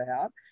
out